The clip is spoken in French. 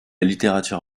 littérature